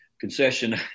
concession